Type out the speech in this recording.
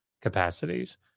capacities